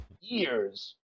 years